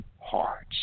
hearts